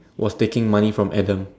was taking money from Adam